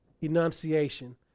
enunciation